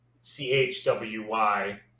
C-H-W-Y